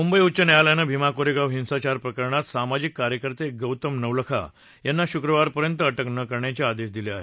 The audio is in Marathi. मुंबई उच्च न्यायालयानं भिमा कोरेगाव हिंसाचार प्रकरणात सामाजिक कार्यकर्ते गौतम नवलखा यांना शुक्रवार पर्यंत अटक न करण्याचे आदेश दिले आहेत